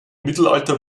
mittelalter